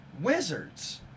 Wizards